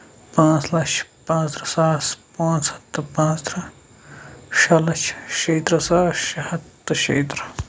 پانٛژھ لَچھ پانٛژھ ترٕٛہ ساس پانٛژھ ہَتھ تہٕ پانٛژھ ترٕٛہ شیٚے لَچھ شێیِہ ترٕٛہ ساس شیٚے ہَتھ تہٕ شێیِہ ترٕٛہ